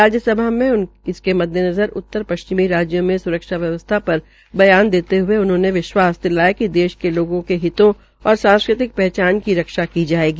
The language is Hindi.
राज्यसभा में इसके मद्देनज़र उत्तर श्चिमी राज्यो में स्रक्षा व्यवस्था र ध्यान देते हये उन्होंने विश्वास दिलया कि देश के लोगों के हितों और सांस्कृतिक शहचान की रक्षा की जायेगी